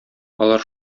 алар